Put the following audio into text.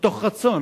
מתוך רצון,